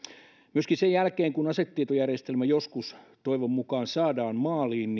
myöskin sen jälkeen kun asetietojärjestelmä joskus toivon mukaan saadaan maaliin